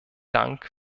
dank